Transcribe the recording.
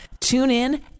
TuneIn